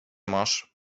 masz